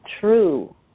true